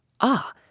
Ah